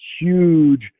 huge